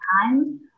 time